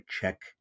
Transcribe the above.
check